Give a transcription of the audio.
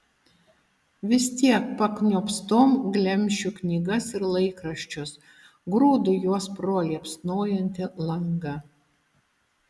vis tiek pakniopstom glemžiu knygas ir laikraščius grūdu juos pro liepsnojantį langą